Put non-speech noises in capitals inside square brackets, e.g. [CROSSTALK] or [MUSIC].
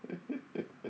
[LAUGHS]